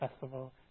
festival